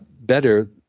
better